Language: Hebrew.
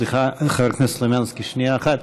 סליחה, חבר הכנסת סלומינסקי, שנייה אחת.